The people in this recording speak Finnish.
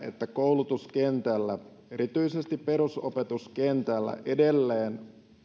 että koulutuskentällä erityisesti perusopetuskentällä edelleen